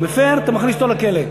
ואז אתה מכניס אותו לכלא.